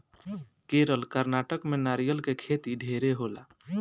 केरल, कर्नाटक में नारियल के खेती ढेरे होला